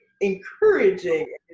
encouraging